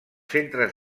centres